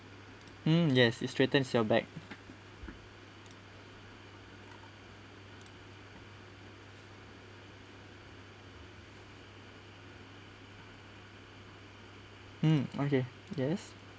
mm yes it strengthens your back mm okay yes